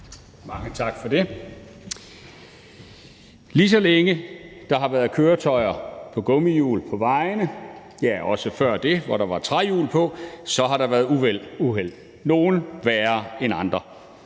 Mange tak for det. Lige så længe der har været køretøjer på gummihjul på vejene, ja, også før det, da der var træhjul på, har der været uheld – nogle værre end andre.